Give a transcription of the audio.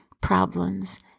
problems